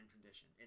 tradition